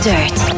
Dirt